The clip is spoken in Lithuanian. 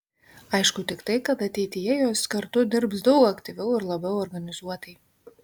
aišku tik tai kad ateityje jos kartu dirbs daug aktyviau ir labiau organizuotai